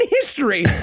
history